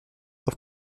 auf